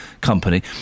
company